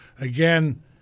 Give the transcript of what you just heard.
Again